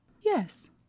Yes